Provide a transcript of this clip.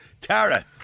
Tara